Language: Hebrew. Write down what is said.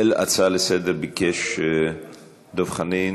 שלא לדבר על תוספות במשטרה, תוספות בצבא,